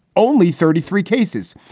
only thirty three cases,